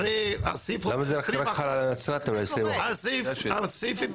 הרי הסעיף הוא 20%. יאסר חוג'יראת (רע"מ,